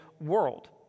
world